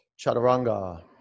Chaturanga